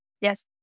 yes